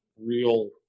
real